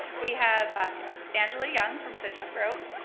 we have angela young from citrus grove,